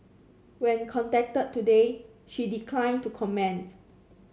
when contacted today she declined to comment